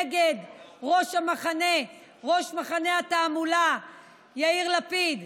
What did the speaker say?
נגד ראש המחנה, ראש מחנה התעמולה יאיר לפיד.